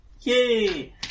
yay